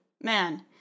Man